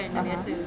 (uh huh)